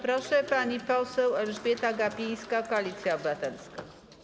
Proszę, pani poseł Elżbieta Gapińska, Koalicja Obywatelska.